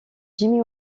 jimmy